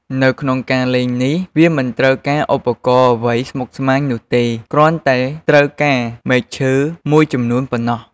នៅក្នុងការលេងល្បែងនេះ វាមិនត្រូវការឧបករណ៍អ្វីស្មុគស្មាញនោះទេ គឺគ្រាន់តែត្រូវការ មែកឈើ មួយចំនួនប៉ុណ្ណោះ។